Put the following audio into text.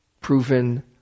proven